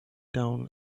down